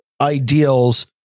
ideals